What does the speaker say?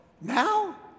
Now